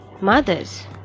mothers